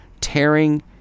tearing